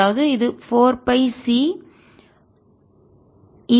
அதாவது இது 4 pi C e λr க்கு சமம்